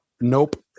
nope